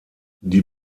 die